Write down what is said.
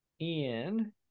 Ian